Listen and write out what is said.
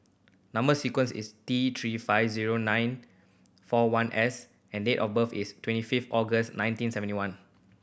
number sequence is T Three five zero nine four one S and date of birth is twenty fifth August nineteen seventy one